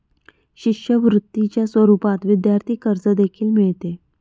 शिष्यवृत्तीच्या स्वरूपात विद्यार्थी कर्ज देखील मिळते